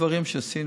אין הבדלים בזה.